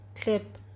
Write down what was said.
clip